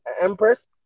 empress